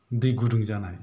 दै गुदुं जानाय